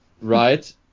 right